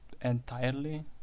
entirely